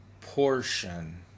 portion